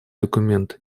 документ